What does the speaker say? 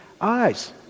eyes